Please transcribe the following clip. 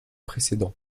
précédents